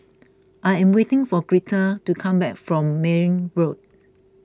I am waiting for Greta to come back from Mayne Road